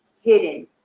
hidden